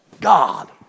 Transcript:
God